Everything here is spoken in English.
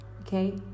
Okay